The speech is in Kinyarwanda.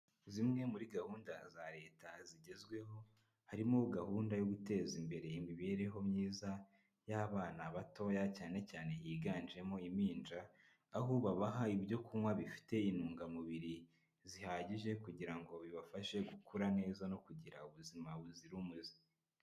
Zimwe muri gahunda za leta zigezweho, harimo gahunda yo guteza imbere imibereho myiza y'abana batoya cyane cyane higanjemo impinja, aho babaha ibyo kunywa bifite intungamubiri zihagije kugira ngo bibafashe gukura neza no kugira ubuzima buzira umuze.